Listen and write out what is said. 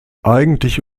eigentliche